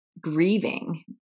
grieving